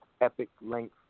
epic-length